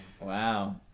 Wow